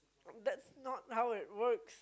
that's not how it works